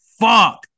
fuck